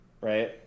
right